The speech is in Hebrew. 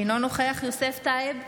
אינו נוכח יוסף טייב,